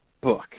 book